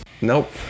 nope